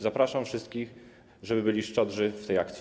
Zapraszam wszystkich, żeby byli szczodrzy w tej akcji.